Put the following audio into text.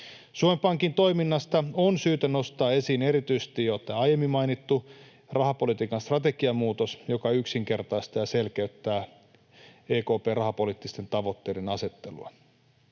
Suomen Pankin toiminnasta on syytä nostaa esiin erityisesti jo tämä aiemmin mainittu rahapolitiikan strategiamuutos, joka yksinkertaistaa ja selkeyttää EKP:n rahapoliittisten tavoitteiden asettelua.